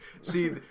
See